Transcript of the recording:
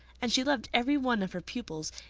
and she loved every one of her pupils,